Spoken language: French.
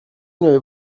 m’avait